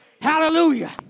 Hallelujah